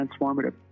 transformative